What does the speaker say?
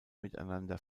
miteinander